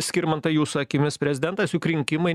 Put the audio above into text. skirmantai jūsų akimis prezidentas juk rinkimai nes